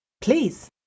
Please